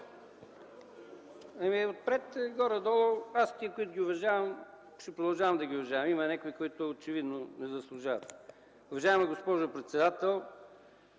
(Реплики от ГЕРБ.) Тези, които уважавам, ще продължавам да ги уважавам. Има някои, които очевидно не заслужават. Уважаема госпожо председател,